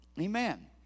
Amen